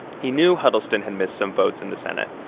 he knew huddleston had missed some votes in the senate,